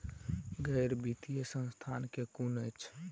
गैर बैंकिंग वित्तीय संस्था केँ कुन अछि?